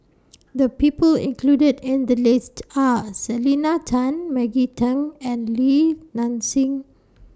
The People included in The list Are Selena Tan Maggie Teng and Li Nanxing